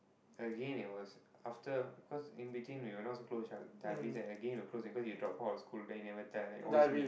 again it was after cause in between we were not so close each other Darvis and again we were close because he dropped out of school then he never tell then always meet